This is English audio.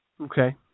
Okay